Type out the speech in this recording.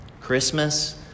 Christmas